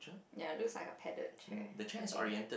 ya looks like a padded chair okay